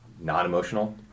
non-emotional